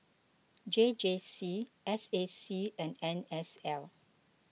J J C S A C and N S L